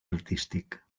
artístic